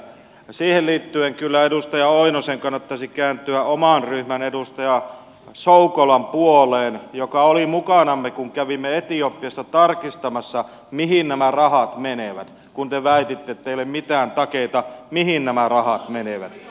siihen liittyen kyllä edustaja oinosen kannattaisi kääntyä oman ryhmän edustaja soukolan puoleen joka oli mukanamme kun kävimme etiopiassa tarkistamassa mihin nämä rahat menevät kun te väititte ettei ole mitään takeita mihin nämä rahat menevät